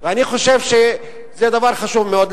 זה דבר חשוב מאוד.